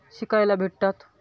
शिकायला भेटतात